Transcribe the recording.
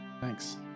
Thanks